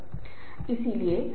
इसलिए यह भी बहुत महत्वपूर्ण है